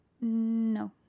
No